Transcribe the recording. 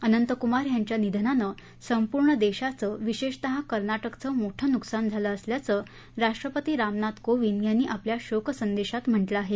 अनंतकुमार यांच्या निधनानं संपूर्ण देशाचं विशेषतः कर्नाटकचं मोठं नुकसान झालं असल्याचं राष्ट्रपती रामनाथ कोविंद यांनी आपल्या शोक संदेशात म्हटलं आहे